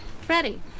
Freddie